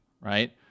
right